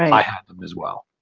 um i had them as well.